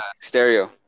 stereo